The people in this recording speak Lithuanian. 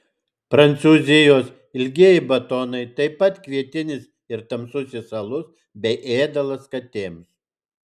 prancūzijos ilgieji batonai taip pat kvietinis ir tamsusis alus bei ėdalas katėms